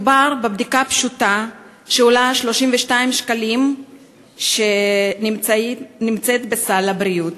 מדובר בבדיקה פשוטה שעולה 32 שקלים ונמצאת בסל הבריאות.